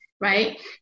Right